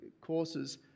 courses